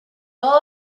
golden